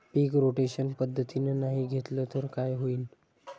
पीक rotation पद्धतीनं नाही घेतलं तर काय होईन?